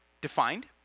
defined